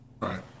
right